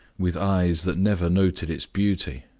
with eyes that never noted its beauty,